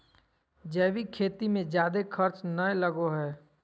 जैविक खेती मे जादे खर्च नय लगो हय